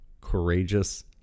courageous